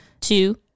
two